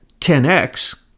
10X